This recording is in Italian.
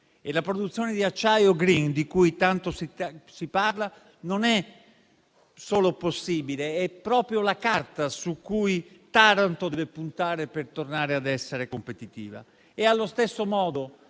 E la produzione di acciaio *green* di cui tanto si parla non è solo possibile, ma è la carta su cui Taranto deve puntare per tornare a essere competitiva. Allo stesso modo,